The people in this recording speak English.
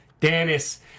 Dennis